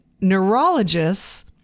neurologists